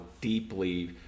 deeply